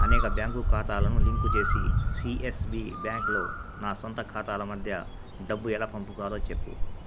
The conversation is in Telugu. అనేక బ్యాంకు ఖాతాలను లింకు చేసి సిఎస్బి బ్యాంక్లో నా సొంత ఖాతాల మధ్య డబ్బు ఎలా పంపుకోవాలో చెప్పు